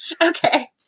Okay